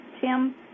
Tim